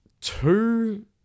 Two